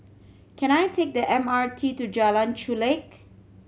can I take the M R T to Jalan Chulek